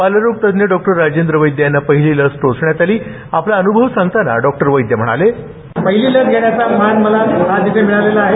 बालरोग तज्ज्ञ डॉ राजेंद्र वैद्य यांना पहिली लस टोचण्यात आली आपला अन्भव सांगताना डॉ वैद्य म्हणाले पहिली लस घेण्याचा मान मला आज येथे मिळालेला आहे